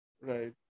Right